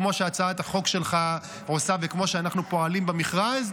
כמו שהצעת החוק שלך עושה וכמו שאנחנו פועלים במכרז,